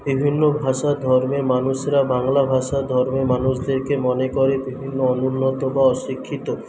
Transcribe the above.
বিভিন্ন ভাষার ধর্মের মানুষরা বাংলা ভাষা ধর্মের মানুষদেরকে মনে করে বিভিন্ন অনুন্নত বা অশিক্ষিত